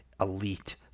elite